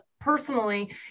personally